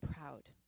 proud